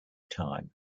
time